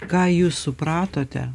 ką jūs supratote